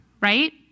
right